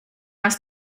asked